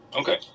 Okay